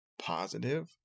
positive